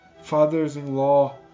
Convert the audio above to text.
fathers-in-law